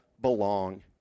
belong